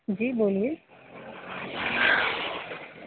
جی بولیے